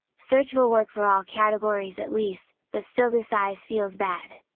search will work for all categories at least, but still the size feels bad!